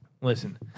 Listen